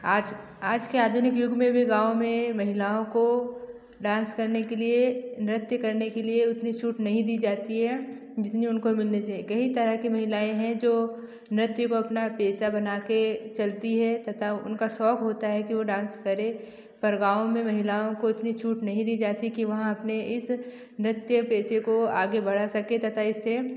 आज आज के आधुनिक युग में भी गाँव में महिलाओं को डांस करने के लिए नृत्य करने के लिए उतनी छूट नहीं दी जाती है जितनी उनको मिलने चाहिए कई तरह के महिलाएं हैं जो नृत्य को अपना पेशा बना के चलती है तथा उनका शौक होता है कि वो डांस करें पर गाँव में महिलाओं को इतनी छूट नहीं दी जाती कि वहाँ अपने इस नृत्य पेशे को आगे बढ़ा सके तथा इसे